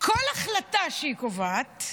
כל החלטה שהיא קובעת,